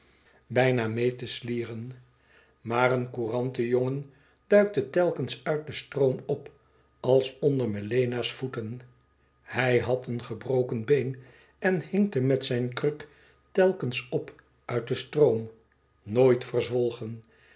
bijna meê te slieren maar een courantenjongen duikte telkens uit den stroom op als onder melena's voeten hij had een gebroken been en hinkte met zijn kruk telkens op uit den stroom nooit verzwolgen